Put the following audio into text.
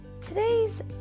today's